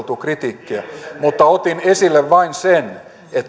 kritiikkiä mutta otin esille vain sen